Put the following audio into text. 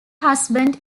husband